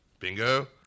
Bingo